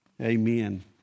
amen